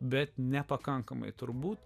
bet nepakankamai turbūt